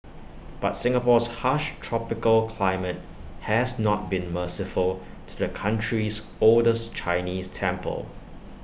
but Singapore's harsh tropical climate has not been merciful to the country's oldest Chinese temple